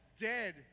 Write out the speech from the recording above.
dead